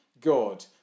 God